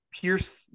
pierce